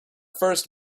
first